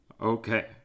Okay